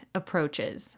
approaches